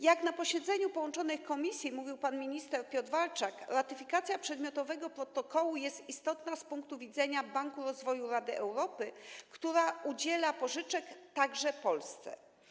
Jak na posiedzeniu połączonych komisji mówił pan minister Piotr Walczak, ratyfikacja przedmiotowego protokołu jest istotna z punktu widzenia Banku Rozwoju Rady Europy, który udziela pożyczek także Polsce.